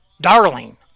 Darling